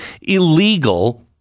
illegal